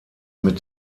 mit